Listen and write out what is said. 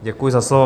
Děkuji za slovo.